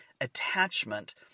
attachment